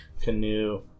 Canoe